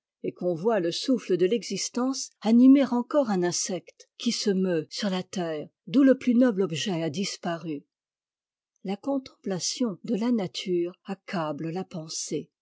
et qu'on voit le souffle de l'existence animer encore un insecte qui se meut sur la terre d'où le plus noble objet a disparu la contemplation de la nature accable la pensée